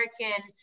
American